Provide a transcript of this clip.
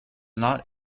not